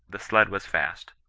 the sled was fast.